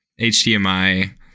HDMI